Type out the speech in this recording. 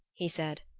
he said.